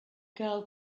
girl